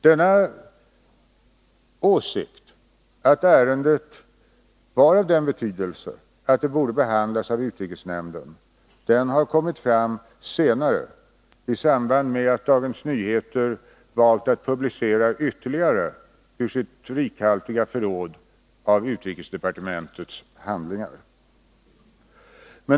Åsikten att ärendet var av sådan betydelse att det borde ha behandlats i utrikesnämnden har kommit fram senare i samband med att Dagens Nyheter valt att publicera ytterligare uppgifter ur sitt rikhaltiga förråd av utrikesdepartementets handlingar.